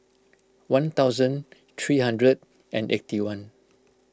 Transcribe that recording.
one thousand three hundred and eighty one